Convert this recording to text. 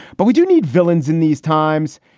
but we do need villains in these times.